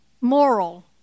moral